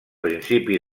principi